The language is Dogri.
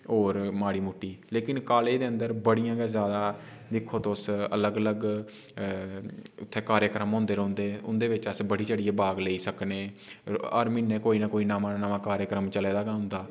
होर माड़ी मुट्टी लेकिन जि'यां कॉलेज़ दे अन्दर बड़ियां गै जादा दिक्खो तुस अलग अलग इ'त्थें कार्यक्रम होंदे रौहंदे उं'दे बिच अस बढ़ी चढ़ियै भाग लेई सकने हर म्हीने कोई ना कोई नमां कार्यक्रम चले दा गै होंदा